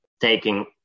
taking